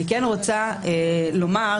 כפי שכתבתי לייעוץ